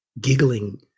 giggling